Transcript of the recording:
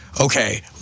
okay